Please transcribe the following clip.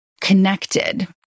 connected